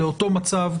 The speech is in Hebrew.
לאותו מצב.